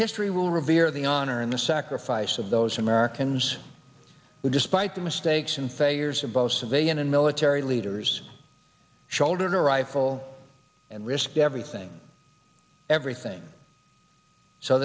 history will revere the honor and the sacrifice of those americans who despite the mistakes and failures of both civilian and military leaders shoulder a rifle and risked everything everything so